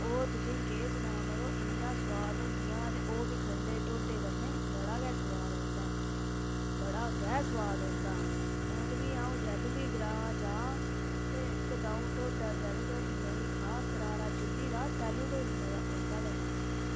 ओह् तुसेंगी केह् सनांऽ मड़ो इन्नियां सोआद होंदियां ते ओह्बी खंदे टोड्डे कन्नै बड़ा गै सोआद औंदा बड़ा गै सोआद औंदा हून बी अंऊ जैलूं बी ग्रांऽ जांऽ ते इक दऊं टोड्डा जैलूं तोड़ी नेईं खां करारा चुल्ली दा तैलूं तोड़ी मजा औंदा गै निं ऐ